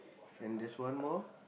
and there's one more